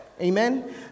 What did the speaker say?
Amen